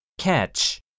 catch